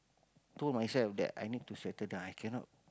told myself that I need to settle down I cannot